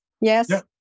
Yes